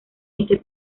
este